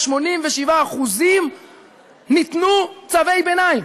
ב-87% ניתנו צווי ביניים.